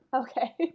Okay